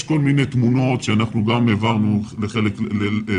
יש כל מיני תמונות שהעברנו לחקירה.